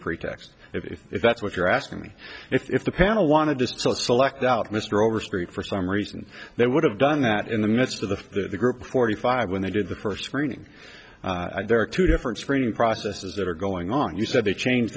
pretext if that's what you're asking me if the panel wanted to select out mr overstreet for some reason they would have done that in the midst of the group forty five when they did the first screening there are two different screening processes that are going on you said they changed